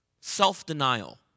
Self-denial